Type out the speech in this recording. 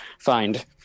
find